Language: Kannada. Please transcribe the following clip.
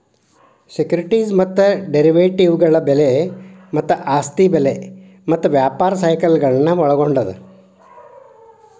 ಸೆಕ್ಯುರಿಟೇಸ್ ಮತ್ತ ಡೆರಿವೇಟಿವ್ಗಳ ಬೆಲೆ ಮತ್ತ ಆಸ್ತಿ ಬೆಲೆ ಮತ್ತ ವ್ಯಾಪಾರ ಸೈಕಲ್ಗಳನ್ನ ಒಳ್ಗೊಂಡದ